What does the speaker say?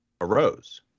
arose